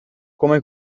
come